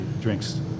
drinks